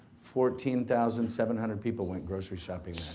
fourteen thousand seven hundred people went grocery shopping